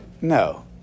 No